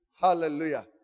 Hallelujah